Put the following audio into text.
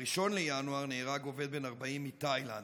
ב-1 בינואר נהרג עובד בן 40 מתאילנד.